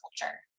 culture